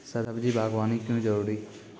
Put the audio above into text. सब्जी बागवानी क्यो जरूरी?